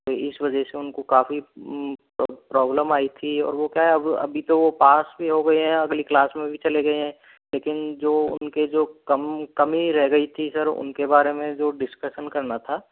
तो इस वजह से उनको काफ़ी प्रॉब्लम आई थी और वो क्या है अभी तो वो पास भी हो गए हैं अगली क्लास में भी चले गए हैं लेकिन जो उनके जो कम कमी रह गई थी सर उनके बारे में जो डिस्कशन करना था